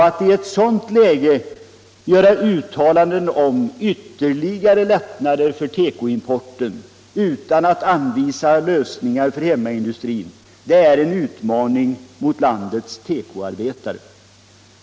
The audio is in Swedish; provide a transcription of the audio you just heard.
Att i ett sådant läge tala om ytterligare lättnader för tekoimporten, utan att anvisa lösningar för hemmaindustrin, är en utmaning mot landets tekoarbetare.